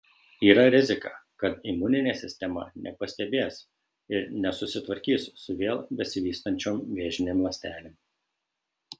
yra rizika kad imuninė sistema nepastebės ir nesusitvarkys su vėl besivystančiom vėžinėm ląstelėm